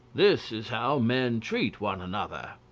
this is how men treat one another.